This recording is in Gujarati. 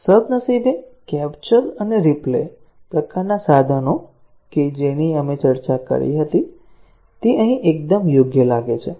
સદનસીબે કેપ્ચર અને રીપ્લે પ્રકારનાં સાધનો કે જેની આપણે ચર્ચા કરી હતી તે અહીં એકદમ યોગ્ય લાગે છે